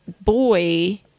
boy